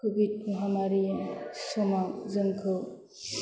Covid महामारियाव समाव जोंखौ